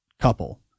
couple